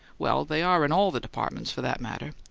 well, they are in all the departments, for that matter.